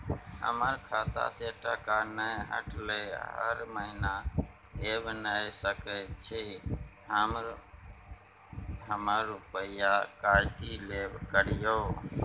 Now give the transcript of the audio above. हमर खाता से टका नय कटलै हर महीना ऐब नय सकै छी हम हमर रुपिया काइट लेल करियौ?